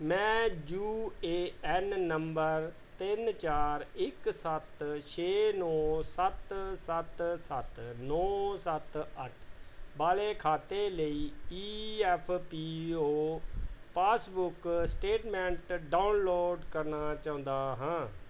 ਮੈਂ U A N number ਤਿੰਨ ਚਾਰ ਇੱਕ ਸੱਤ ਛੇ ਨੌਂ ਸੱਤ ਸੱਤ ਸੱਤ ਨੌਂ ਸੱਤ ਅੱਠ ਵਾਲੇ ਖਾਤੇ ਲਈ E F P O passbook statement download ਕਰਨਾ ਚਾਹੁੰਦਾ ਹਾਂ